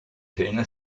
tina